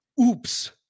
oops